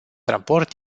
raport